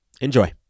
Enjoy